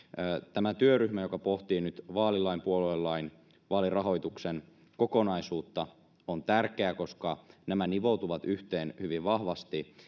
tämä työryhmä joka pohtii nyt vaalilain puoluelain ja vaalirahoituksen kokonaisuutta on tärkeä koska nämä nivoutuvat yhteen hyvin vahvasti